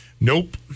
Nope